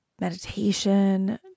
meditation